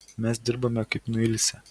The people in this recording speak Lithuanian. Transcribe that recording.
mes dirbame kaip nuilsę